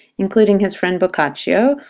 including his friend boccaccio,